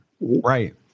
Right